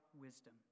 Wisdom